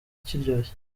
kiryoshye